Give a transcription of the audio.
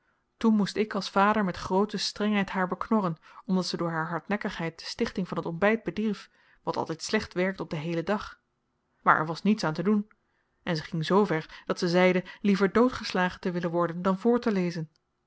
toen moest ik als vader met groote strengheid haar beknorren omdat ze door haar hardnekkigheid de stichting van t ontbyt bedierf wat altyd slecht werkt op den heelen dag maar er was niets aan te doen en ze ging zver dat ze zeide liever doodgeslagen te willen worden dan voorttelezen